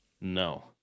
No